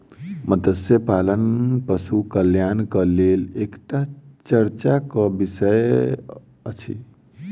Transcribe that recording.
मत्स्य पालन पशु कल्याणक लेल एकटा चर्चाक विषय अछि